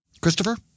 Christopher